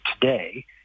today